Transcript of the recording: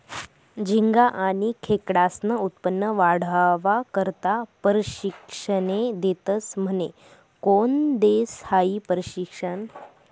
झिंगा आनी खेकडास्नं उत्पन्न वाढावा करता परशिक्षने देतस म्हने? कोन देस हायी परशिक्षन?